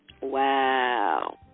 wow